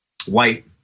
White